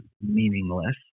meaningless